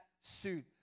suit